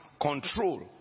control